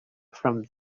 from